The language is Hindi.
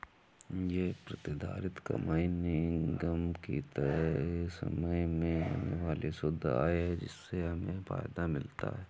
ये प्रतिधारित कमाई निगम की तय समय में होने वाली शुद्ध आय है जिससे हमें फायदा मिलता है